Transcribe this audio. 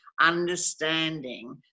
understanding